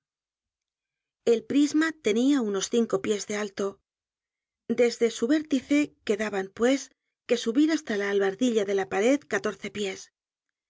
el prisma tenia unos cinco pies de alto desde su vértice quedaban pues que subir hasta la albardilla de la pared catorce pies